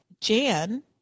Jan